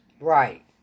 right